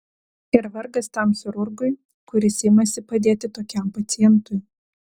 ir vargas tam chirurgui kuris imasi padėti tokiam pacientui